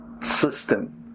system